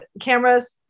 cameras